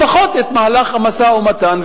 לפחות את מהלך המשא-ומתן,